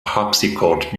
harpsichord